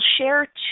share